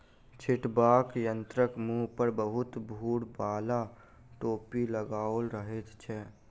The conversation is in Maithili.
छिटबाक यंत्रक मुँह पर बहुते भूर बाला टोपी लगाओल रहैत छै